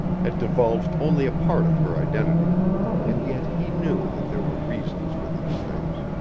had divulged only a part of her identity and yet he knew that there were reasons for these things.